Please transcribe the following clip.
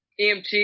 EMT